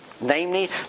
Namely